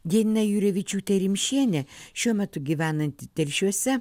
diena jurevičiūtė rimšienė šiuo metu gyvenanti telšiuose